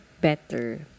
better